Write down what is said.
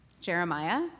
Jeremiah